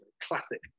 Classic